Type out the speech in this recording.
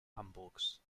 hamburgs